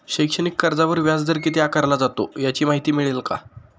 शैक्षणिक कर्जावर व्याजदर किती आकारला जातो? याची माहिती मिळेल का?